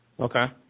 Okay